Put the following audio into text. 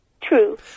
True